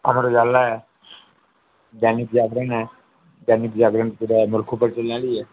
अमर उजाला ऐ दैनिक जागरण ऐ दैनिक जागरण पूरे मुल्ख उप्पर चलने आह्ली ऐ